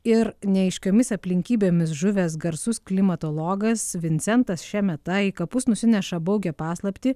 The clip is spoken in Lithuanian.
ir neaiškiomis aplinkybėmis žuvęs garsus klimatologas vincentas šemeta į kapus nusineša baugią paslaptį